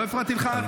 לא הפרעתי לך.